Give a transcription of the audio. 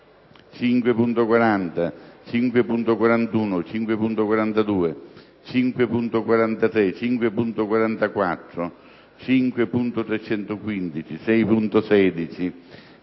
5.40, 5.41, 5.42, 5.43, 5.44, 5.315, 6.16,